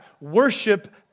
worship